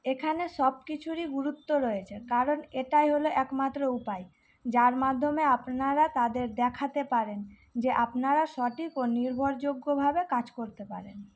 এখানে সব কিছুরই গুরুত্ব রয়েছে কারণ এটাই হলো একমাত্র উপায় যার মাধ্যমে আপনারা তাদের দেখাতে পারেন যে আপনারা সঠিক ও নির্ভরযোগ্যভাবে কাজ করতে পারেন